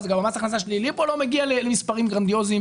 אז גם מס הכנסה שלילי כאן לא מגיע למספרים גרנדיוזיים.